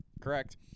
Correct